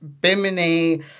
bimini